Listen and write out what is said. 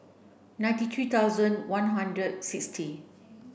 ninety three thousand one hundred sixty